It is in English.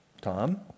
Tom